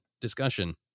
discussion